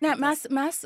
ne mes mes